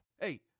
Hey